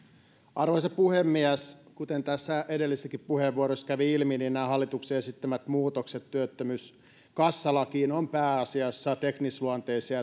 arvoisa puhemies kuten tässä edellisessäkin puheenvuorossa kävi ilmi niin nämä hallituksen esittämät muutokset työttömyyskassalakiin ovat pääasiassa teknisluonteisia